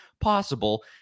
possible